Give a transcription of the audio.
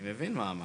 אני מבין מה אמרת.